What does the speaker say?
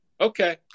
Okay